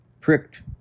pricked